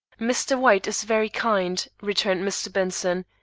mr. white is very kind, returned mr. benson,